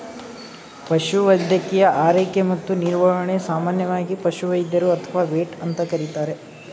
ಪಶುವೈದ್ಯಕೀಯ ಆರೈಕೆ ಮತ್ತು ನಿರ್ವಹಣೆನ ಸಾಮಾನ್ಯವಾಗಿ ಪಶುವೈದ್ಯರು ಅಥವಾ ವೆಟ್ ಅಂತ ಕರೀತಾರೆ